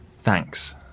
Thanks